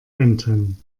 enten